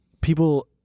people